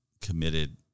committed